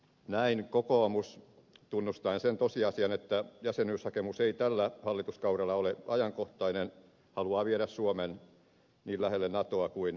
näin kokoomus tunnustaen sen tosiasian että jäsenyyshakemus ei tällä hallituskaudella ole ajankohtainen haluaa viedä suomen niin lähelle natoa kuin mahdollista